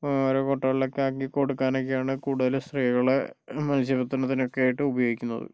ഓരോ കൊട്ടകളിലൊക്കെ ആക്കി കൊടുക്കാനൊക്കെയാണ് കൂടുതല് സ്ത്രീകളെ മത്സ്യബന്ധനത്തിനൊക്കെയായിട്ട് ഉപയോഗിക്കുന്നത്